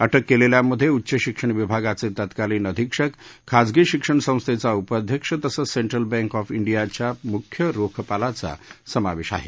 अक्रि केलेल्यांमधे उच्च शिक्षण विभागाचे तत्कालिन अधिक्षक खाजगी शिक्षण संस्थेचा उपाध्यक्ष तसंच सेंट्रल बँक ऑफ डियाच्या मुख्य रोखपालाचा समावेश आहे